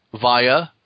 via